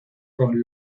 con